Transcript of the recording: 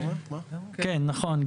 כן נכון.